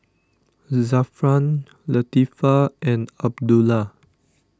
Zafran Latifa and Abdullah